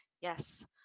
Yes